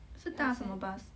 是搭什么 bus